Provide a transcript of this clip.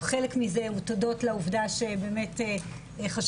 חלק מזה הוא תודות לעובדה שבאמת חשבנו